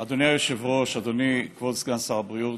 אדוני היושב-ראש, אדוני כבוד סגן שר הבריאות,